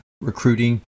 recruiting